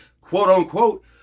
quote-unquote